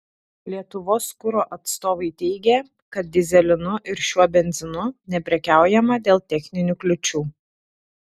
lietuvos kuro atstovai teigė kad dyzelinu ir šiuo benzinu neprekiaujama dėl techninių kliūčių